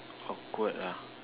awkward ah